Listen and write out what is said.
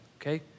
okay